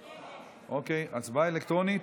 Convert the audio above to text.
אוקיי, הצבעה אלקטרונית.